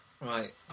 Right